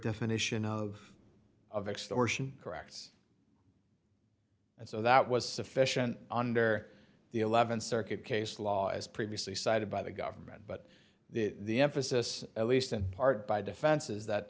definition of of extortion corrects and so that was sufficient under the th circuit case law as previously cited by the government but the emphasis at least in part by defenses that